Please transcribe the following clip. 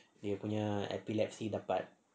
dia punya epilepsy dapat